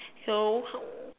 so